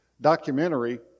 documentary